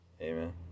Amen